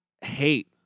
hate